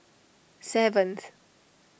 seventh